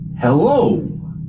hello